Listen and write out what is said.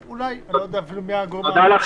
לא הייתי במהלך